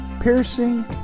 piercing